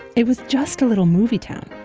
it was just a little movie town.